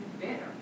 better